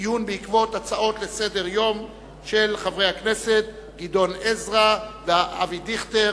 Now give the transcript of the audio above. דיון בעקבות הצעות לסדר-יום של חברי הכנסת גדעון עזרא ואבי דיכטר.